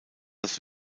das